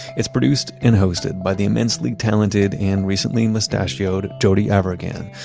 it's produced and hosted by the immensely talented and recently mustachioed jody avirgan,